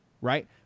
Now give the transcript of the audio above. right